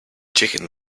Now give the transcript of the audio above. chicken